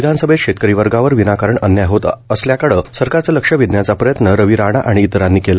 विधानसभेत शेतकरी वर्गावर विनाकारण अन्याय होत असल्याकडं सरकारचं लक्ष वेधण्याचा प्रयत्न रवी राणा आणि इतरांनी केला